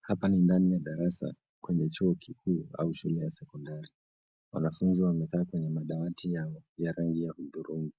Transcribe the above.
Hapa ni ndani ya darasa kwenye chuo kikuu au shule ya sekondari. Wanafunzi wamekaa kwenye madawati yao, ya rangi ya hudhurungi.